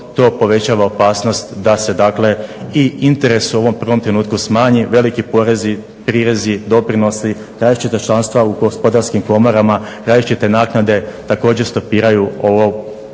to povećava opasnost da se dakle i interes u ovom prvom trenutku smanji, veliki porezi, prirezi, doprinosi, različita članstva u gospodarskim komorama, različite naknade također stopiraju